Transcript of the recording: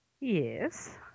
Yes